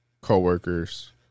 Co-workers